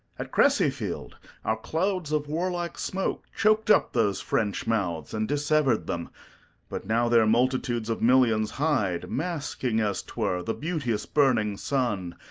at cressey field out clouds of warlike smoke choked up those french mouths and dissevered them but now their multitudes of millions hide, masking as twere, the beauteous burning sun,